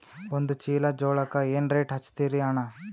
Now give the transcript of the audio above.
ಒಂದ ಚೀಲಾ ಜೋಳಕ್ಕ ಏನ ರೇಟ್ ಹಚ್ಚತೀರಿ ಅಣ್ಣಾ?